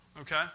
Okay